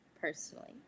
personally